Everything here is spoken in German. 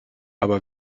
aber